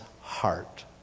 heart